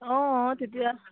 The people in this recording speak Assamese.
অঁ অঁ তেতিয়া